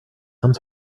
some